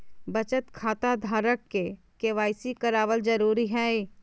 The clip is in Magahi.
बचत खता धारक के के.वाई.सी कराबल जरुरी हइ